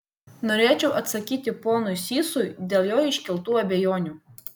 norėčiau atsakyti ponui sysui dėl jo iškeltų abejonių